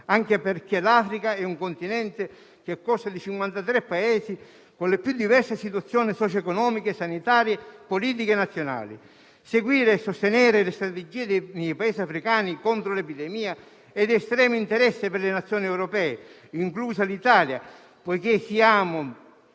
anche perché l'Africa è un continente che consta di 53 Paesi con le più diverse situazioni socio-economiche, sanitarie, politiche e nazionali. Seguire e sostenere le strategie dei Paesi africani contro l'epidemia è di estremo interesse per le Nazioni europee, inclusa l'Italia, poiché siamo